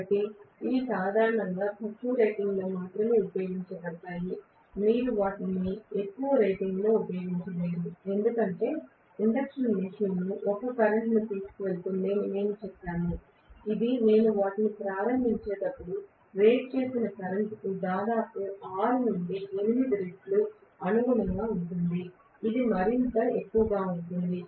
కాబట్టి ఇవి సాధారణంగా తక్కువ రేటింగ్లలో మాత్రమే ఉపయోగించబడతాయి మీరు వాటిని చాలా ఎక్కువ రేటింగ్లో ఉపయోగించలేరు ఎందుకంటే ఇండక్షన్ మెషీన్ ఒక కరెంట్ను తీసుకువెళుతుంది అని మేము చెప్పాము ఇది నేను వాటిని ప్రారంభించేటప్పుడు రేట్ చేసిన కరెంట్కు దాదాపు 6 నుండి 8 రెట్లు అనుగుణంగా ఉంటుంది ఇది మరింత ఎక్కువగా ఉంటుంది